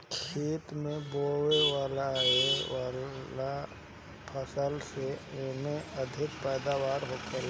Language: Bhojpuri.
खेत में बोअल आए वाला फसल से एमे अधिक पैदावार होखेला